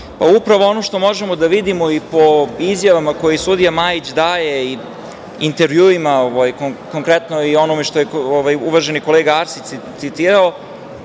ono što možemo da vidimo i po izjavama koje sudija Majić daje i intervjuima, konkretno i onome što je uvaženi kolega Arsić citirao,